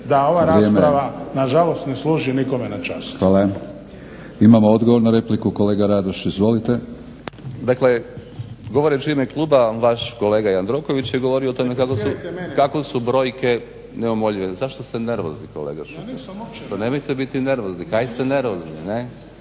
da ova rasprava na žalost ne služi nikome na čast.